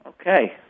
Okay